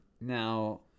Now